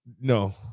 no